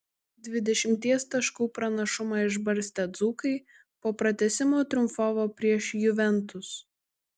dvidešimties taškų pranašumą išbarstę dzūkai po pratęsimo triumfavo prieš juventus